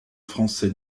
français